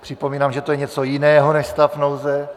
Připomínám, že to je něco jiného než stav nouze.